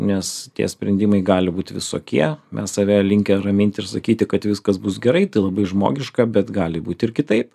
nes tie sprendimai gali būt visokie mes save linkę raminti ir sakyti kad viskas bus gerai tai labai žmogiška bet gali būti ir kitaip